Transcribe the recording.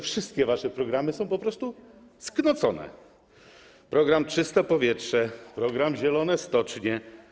Wszystkie wasze programy są po prostu sknocone - program „Czyste powietrze”, program zielona stocznia.